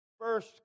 First